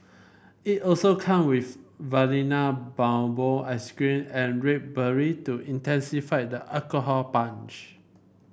it also come with Vanilla Bourbon ice cream and red berry to intensify the alcohol punch